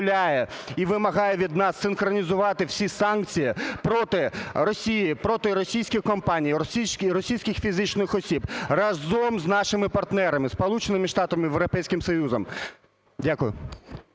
і вимагає від нас синхронізувати всі санкції проти Росії, проти російських компаній, російських фізичних осіб разом з нашими партнерами – Сполученими Штатами, Європейським Союзом. Дякую.